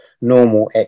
normal